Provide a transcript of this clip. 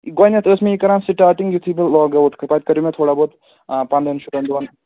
گۄڈنٮ۪تھ ٲسۍ مےٚ یہِ کَران سِٹاٹِنٛگ یُتھُے بہٕ لاگ آوُٹ پَتہٕ کَریو مےٚ تھوڑا بہت پَنٛداہن شُراہَن دۄہَن